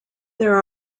there